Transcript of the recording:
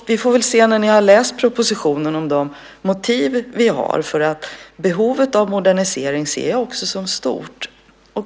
Vi får väl se när ni har läst propositionen och sett de motiv vi har. Behovet av modernisering ser jag också som stort.